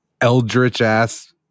eldritch-ass